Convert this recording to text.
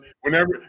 Whenever